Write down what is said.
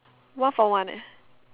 one for one eh